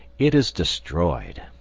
it is destroyed.